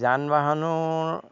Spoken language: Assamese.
যান বাহনো